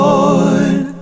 Lord